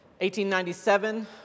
1897